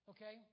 Okay